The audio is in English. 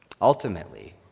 Ultimately